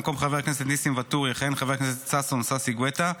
במקום חבר הכנסת ניסים ואטורי יכהן חבר הכנסת ששון ששי גואטה,